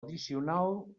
addicional